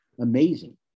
amazing